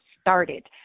started